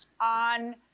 on